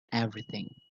everything